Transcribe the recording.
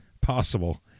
possible